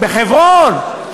בחברון,